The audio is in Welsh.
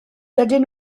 dydyn